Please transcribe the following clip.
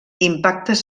impactes